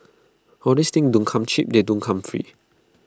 all these things don't come cheap they don't come free